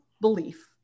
belief